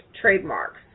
trademarks